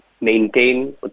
maintain